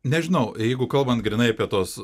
nežinau jeigu kalbant grynai apie tuos